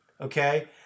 okay